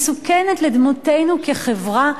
מסוכנת לדמותנו כחברה.